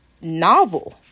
novel